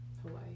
Hawaii